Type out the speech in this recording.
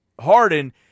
Harden